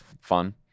fun